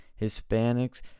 Hispanics